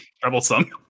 Troublesome